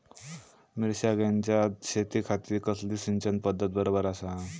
मिर्षागेंच्या शेतीखाती कसली सिंचन पध्दत बरोबर आसा?